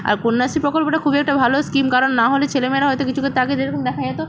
আর কন্যাশ্রী প্রকল্পটা খুবই একটা ভালো স্কিম কারণ না হলে ছেলেমেয়েরা হয়তো কিছু ক্ষেত্রে আগে যেরকম দেখা যেত